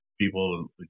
people